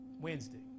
Wednesday